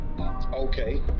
okay